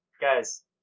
guys